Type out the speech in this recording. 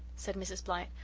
said mrs. blythe.